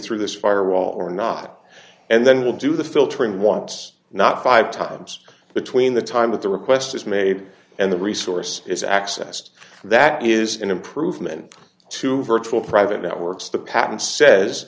through this firewall or not and then we'll do the filtering what's not five times between the time that the request is made and the resource is accessed that is an improvement to virtual private networks the patent says